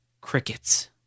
Crickets